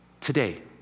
today